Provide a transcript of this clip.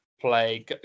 play